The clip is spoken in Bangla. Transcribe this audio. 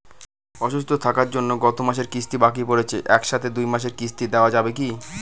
অসুস্থ থাকার জন্য গত মাসের কিস্তি বাকি পরেছে এক সাথে দুই মাসের কিস্তি দেওয়া যাবে কি?